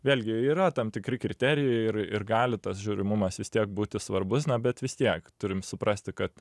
vėlgi yra tam tikri kriterijai ir ir gali tas žiūrimumas vis tiek būti svarbus na bet vis tiek turim suprasti kad